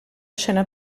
scena